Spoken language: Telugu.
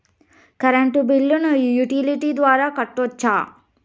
కరెంటు బిల్లును యుటిలిటీ ద్వారా కట్టొచ్చా?